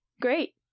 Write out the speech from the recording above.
Great